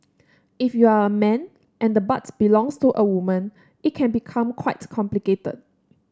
if you're a man and the butt belongs to a woman it can become quite complicated